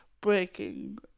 breaking